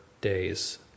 days